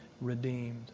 redeemed